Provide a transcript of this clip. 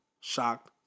shocked